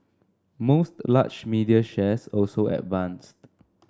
most large media shares also advanced